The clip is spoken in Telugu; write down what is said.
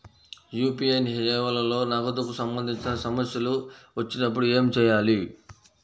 యూ.పీ.ఐ సేవలలో నగదుకు సంబంధించిన సమస్యలు వచ్చినప్పుడు ఏమి చేయాలి?